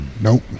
Nope